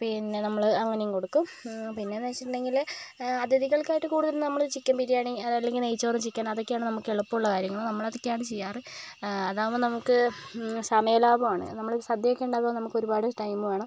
പിന്നെ നമ്മള് അങ്ങനെയും കൊടുക്കും പിന്നേന്ന് വെച്ചിട്ടുണ്ടെങ്കില് അതിഥികൾക്കായിട്ട് കൂടുതലും നമ്മള് ചിക്കൻ ബിരിയാണി അതല്ലെങ്കിൽ നെയ്ച്ചോറ് ചിക്കൻ അതൊക്കെയാണ് നമുക്ക് എളുപ്പമുള്ള കാര്യങ്ങള് നമ്മള് അതൊക്കെ ആണ് ചെയ്യാറ് അതാകുമ്പോൾ നമുക്ക് സമയ ലാഭമാണ് നമ്മള് സദ്യ ഒക്കെ ഉണ്ടാക്കുമ്പോൾ നമുക്ക് ഒരുപാട് ടൈമ് വേണം